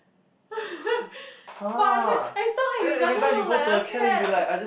but I heard as long as it doesn't look like a cat